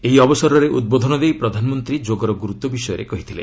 ଏହି ଅବସରରେ ଉଦ୍ବୋଧନ ଦେଇ ପ୍ରଧାନମନ୍ତ୍ରୀ ଯୋଗର ଗୁରୁତ୍ୱ ବିଷୟରେ କହିଥିଲେ